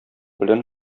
белән